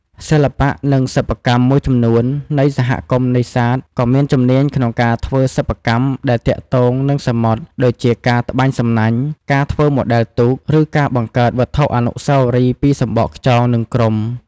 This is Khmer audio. សិល្បៈ និងសិប្បកម្ម មួយចំនួននៃសហគមន៍នេសាទក៏មានជំនាញក្នុងការធ្វើសិប្បកម្មដែលទាក់ទងនឹងសមុទ្រ ដូចជាការត្បាញសំណាញ់ ការធ្វើម៉ូដែលទូក ឬការបង្កើតវត្ថុអនុស្សាវរីយ៍ពីសម្បកខ្យង និងគ្រំ។